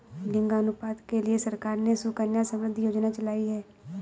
लिंगानुपात के लिए सरकार ने सुकन्या समृद्धि योजना चलाई है